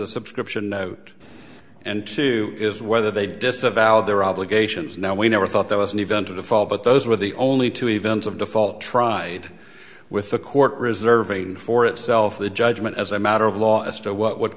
the subscription note and two is whether they disavow their obligations now we never thought there was an event of the fall but those were the only two events of default tried with a court reserve aid for itself the judgment as a matter of law as to what w